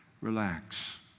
Relax